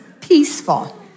peaceful